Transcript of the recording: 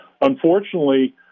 unfortunately